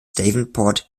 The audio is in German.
davenport